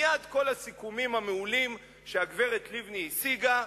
מייד כל הסיכומים המעולים שהגברת לבני השיגה,